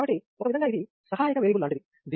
కాబట్టి ఒక విధంగా ఇది సహాయక వేరియబుల్ లాంటిది